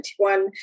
2021